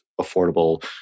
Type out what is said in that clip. affordable